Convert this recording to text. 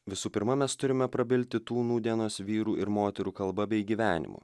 visų pirma mes turime prabilti tų nūdienos vyrų ir moterų kalba bei gyvenimu